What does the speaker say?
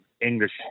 English